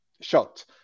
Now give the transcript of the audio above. shot